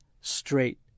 straight